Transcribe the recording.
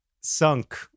sunk